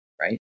right